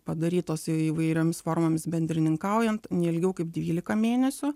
padarytos įvairiomis formomis bendrininkaujant ne ilgiau kaip dvylika mėnesių